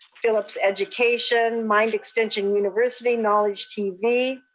phillips education, mind extension university, knowledge tv,